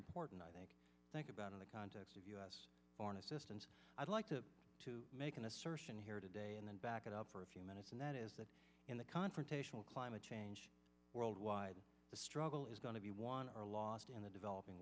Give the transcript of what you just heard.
important i think think about in the context of u s foreign assistance i'd like to make an assertion here today and then back it up for a few minutes and that is that in the confrontational climate change worldwide the struggle is going to be won or lost in the developing